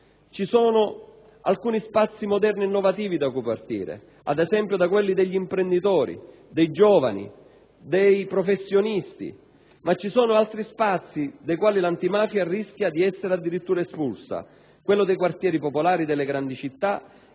Ci sono alcuni spazi moderni ed innovativi da cui partire, ad esempio da quelli degli imprenditori, dei giovani e dei professionisti, ma ci sono altri spazi dai quali l'antimafia rischia di essere addirittura espulsa: quelli dei quartieri popolari delle grandi città